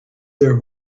their